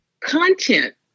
content